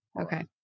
Okay